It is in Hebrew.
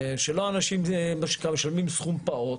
שאנשים משלמים סכום פעוט,